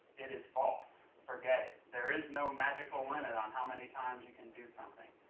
it is false, forget it. there is no magical limit on how many times you can do something.